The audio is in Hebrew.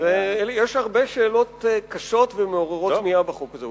יש הרבה שאלות קשות ומעוררות תמיהה בחוק הזה,